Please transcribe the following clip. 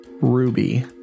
ruby